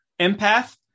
Empath